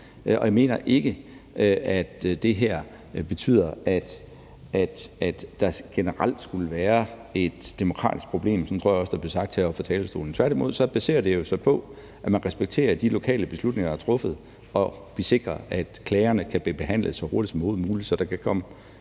Jeg mener ikke, at det her betyder, at der generelt skulle være et demokratisk problem. Sådan tror jeg også der blev sagt heroppe fra talerstolen. Tværtimod baserer det sig på, at man respekterer de lokale beslutninger, der er truffet, og at vi sikrer, at klagerne kan blive behandlet så hurtigt som overhovedet muligt, så der kan komme